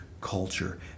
culture